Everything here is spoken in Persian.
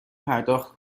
پرداخت